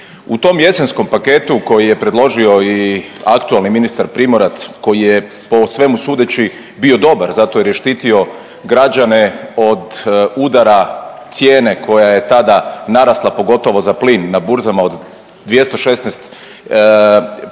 U tom jesenskom paketu koji je predložio i aktualni ministar Primorac koji je po svemu sudeći bio dobar zato jer je štitio građane od udara cijene koja je tada narasla pogotovo za plin na burzama od 216 eura